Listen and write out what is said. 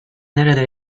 nerede